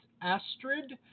Astrid